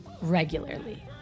regularly